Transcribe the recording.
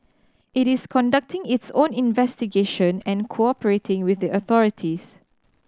it is conducting its own investigation and cooperating with the authorities